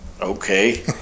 okay